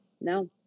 No